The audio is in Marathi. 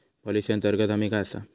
पॉलिसी अंतर्गत हमी काय आसा?